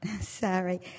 Sorry